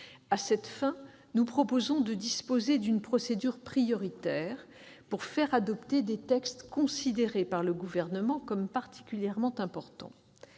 À cette fin, nous proposons une procédure prioritaire pour l'adoption de textes considérés par le Gouvernement comme particulièrement importants.